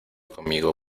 conmigo